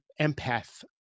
empath